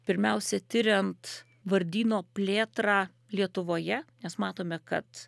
pirmiausia tiriant vardyno plėtrą lietuvoje nes matome kad